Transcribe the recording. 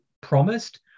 promised